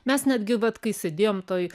mes netgi vat kai sėdėjom toj